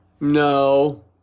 No